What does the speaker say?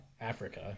Africa